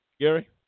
Gary